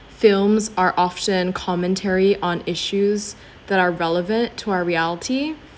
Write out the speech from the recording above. films are often commentary on issues that are relevant to our reality